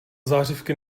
zářivky